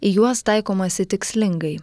į juos taikomasi tikslingai